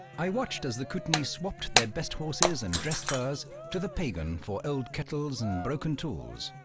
i watched as the kootenais swapped their best horses and dress furs to the piegan for old kettles and broken tools.